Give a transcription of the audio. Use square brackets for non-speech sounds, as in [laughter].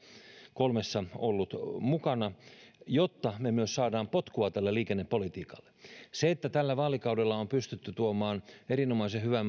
kolmessa ollut mukana jotta me myös saamme potkua tälle liikennepolitiikalle tällä vaalikaudella on pystytty tuomaan erinomaisen hyvä [unintelligible]